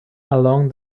along